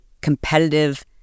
competitive